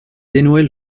dénouer